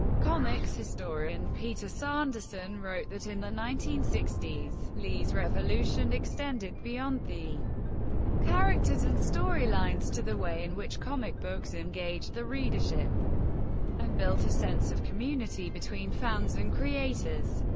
comics historian peter sanderson wrote that in the nineteen sixty s lee's revolution extended beyond the characters and storylines to the way in which comic books engaged the readership and built a sense of community between fans and creators.